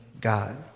God